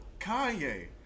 Kanye